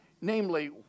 Namely